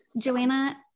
Joanna